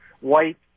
white